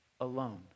alone